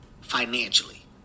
financially